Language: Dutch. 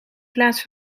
plaats